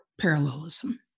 parallelism